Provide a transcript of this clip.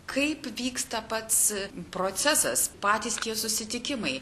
kaip vyksta pats procesas patys tie susitikimai